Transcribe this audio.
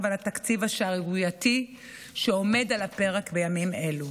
על התקציב השערורייתי שעומד על הפרק בימים אלו.